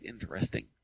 interesting